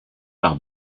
par